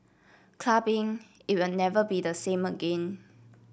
clubbing even never be the same again